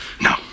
No